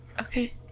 okay